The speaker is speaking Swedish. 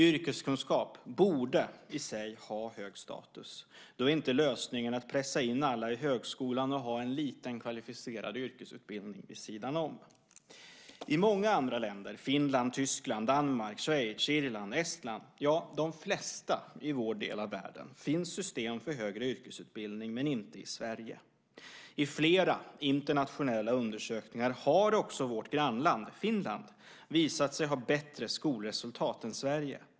Yrkeskunskap borde i sig ha hög status. Då är inte lösningen att pressa in alla i högskolan och ha en liten kvalificerad yrkesutbildning vid sidan om. I många andra länder - Finland, Tyskland, Danmark, Schweiz, Irland, Estland, ja, de flesta i vår del av världen - finns system för högre yrkesutbildning, men inte i Sverige. I flera internationella undersökningar har också vårt grannland Finland visat sig ha bättre skolresultat än Sverige.